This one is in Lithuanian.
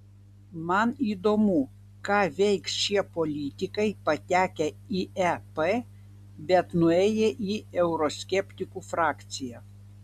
man įdomu ką veiks šie politikai patekę į ep bet nuėję į euroskeptikų frakciją